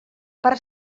per